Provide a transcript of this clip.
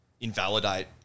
invalidate